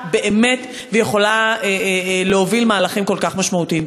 משפיעה באמת ויכולה להוביל מהלכים כל כך משמעותיים.